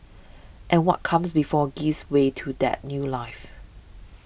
and what comes before gives way to that new life